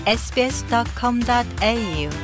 sbs.com.au